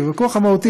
כי בוויכוח המהותי,